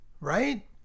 right